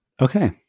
Okay